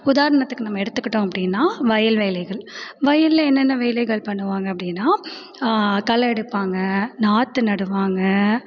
உதாரணத்துக்கு நம்ம எடுத்துக்கிட்டோம் அப்படினா வயல் வேலைகள் வயலில் என்னன்ன வேலைகள் பண்ணுவாங்க அப்படினா களை எடுப்பாங்க நாற்று நடுவாங்க